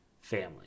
family